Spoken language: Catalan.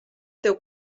teu